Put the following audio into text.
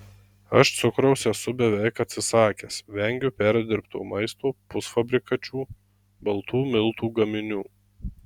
aš cukraus esu beveik atsisakęs vengiu perdirbto maisto pusfabrikačių baltų miltų gaminių